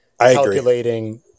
calculating